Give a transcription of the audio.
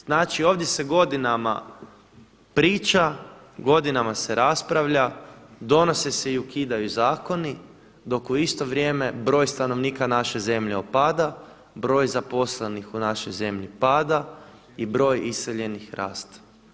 Znači ovdje se godinama priča, godinama se raspravlja, donose se i ukidaju zakoni, dok u isto vrijeme broj stanovnika naše zemlje opada, broj zaposlenih u našoj zemlji pada i broj iseljenih raste.